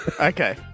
Okay